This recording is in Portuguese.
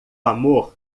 amor